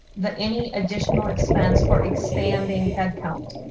that any additional expense or expanding headcount.